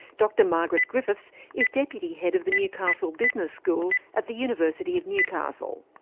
dr margaret griffiths is deputy head of the newcastle business school at the university of newcastle.